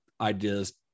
ideas